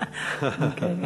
במליאה,